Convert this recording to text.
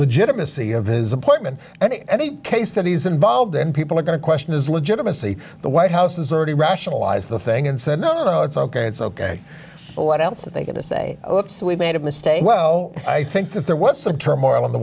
legitimacy of his appointment and the case that he's involved in people are going to question his legitimacy the white house has already rationalized the thing and said no no it's ok it's ok what else are they going to say so we made a mistake well i think that there was some turmoil in the